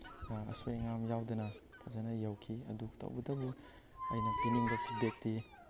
ꯑꯁꯣꯏ ꯑꯉꯥꯝ ꯌꯥꯎꯗꯅ ꯐꯖꯅ ꯌꯧꯈꯤ ꯑꯗꯨ ꯇꯧꯕꯇꯕꯨ ꯑꯩꯅ ꯄꯤꯅꯤꯡꯕ ꯐꯤꯠꯕꯦꯛꯇꯤ